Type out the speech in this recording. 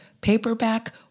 paperback